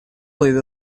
will